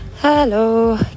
Hello